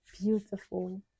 beautiful